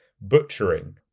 butchering